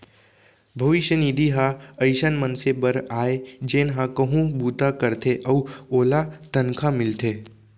भविस्य निधि ह अइसन मनसे बर आय जेन ह कहूँ बूता करथे अउ ओला तनखा मिलथे